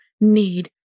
need